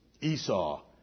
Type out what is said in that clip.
Esau